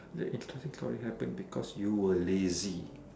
the only happen because you were lazy